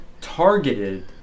targeted